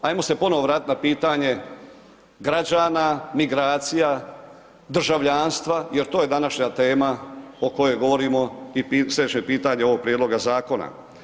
Hajmo se ponovo vratiti na pitanje građana, migracija, državljanstva jer to je današnja tema o kojoj govorimo i seže pitanje ovog prijedloga zakona.